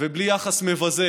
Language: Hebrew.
ובלי יחס מבזה